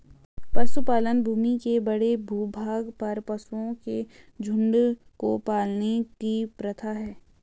पशुपालन भूमि के बड़े भूभाग पर पशुओं के झुंड को पालने की प्रथा है